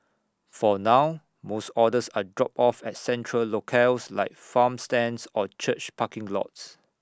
for now most orders are dropped off at central locales like farm stands or church parking lots